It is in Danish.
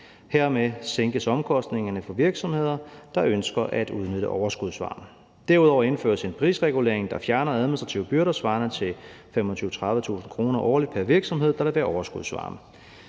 Hermed sænkes omkostningerne for virksomheder, der ønsker at udnytte overskudsvarmen. Derudover indføres en prisregulering, der fjerner administrative byrder svarende til 25.000-30.000 kr. årligt pr. virksomhed, der leverer overskudsvarme.